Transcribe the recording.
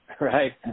right